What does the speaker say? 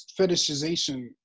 fetishization